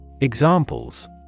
Examples